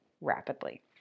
rapidly